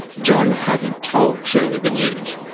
john hadn't told shirley the news.